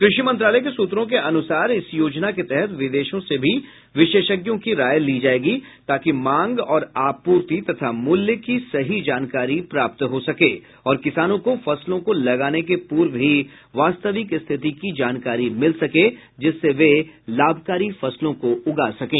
कृषि मंत्रालय के सूत्रों के अनुसार इस योजना के तहत विदेशों से भी विशेषज्ञों की राय ली जायेगी ताकि मांग और आपूर्ति तथा मूल्य की सही जानकारी प्राप्त हो सके और किसानों को फसलों को लगाने के पूर्व ही वास्तविक स्थिति की जानकारी मिल सके जिससे वे लाभकारी फसलों को उगा सकें